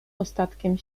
ostatkiem